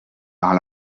par